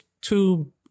two